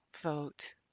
vote